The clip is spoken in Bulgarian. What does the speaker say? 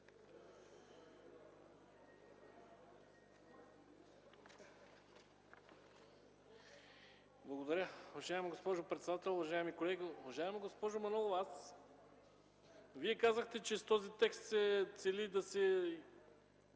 Благодаря, уважаема госпожо председател. Уважаеми колеги! Уважаема госпожо Манолова, Вие казахте, че с този текст се цели да се